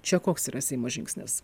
čia koks yra seimo žingsnis